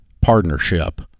partnership